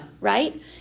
Right